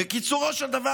בקיצורו של דבר,